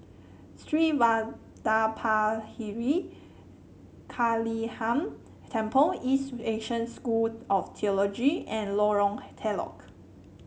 Sri Vadapathira Kaliamman Temple East Asia School of Theology and Lorong Telok